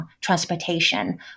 transportation